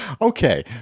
Okay